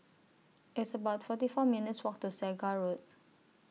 It's about forty four minutes' Walk to Segar Road